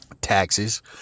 taxes